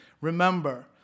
Remember